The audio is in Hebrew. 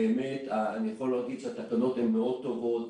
באמת אני יכול להגיד שהתקנות הן מאוד טובות,